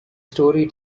story